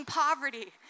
poverty